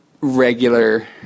regular